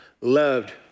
loved